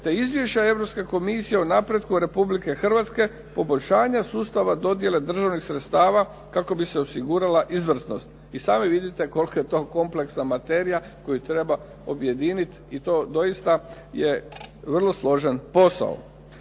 te izvješće Europske komisije o napretku Republike Hrvatske, poboljšanja sustava dodjele državnih sredstava, kako bi se osigurala izvrsnost. I sami vidite kolika je to kompleksna materija koju treba objediniti. I to doista je vrlo složen posao.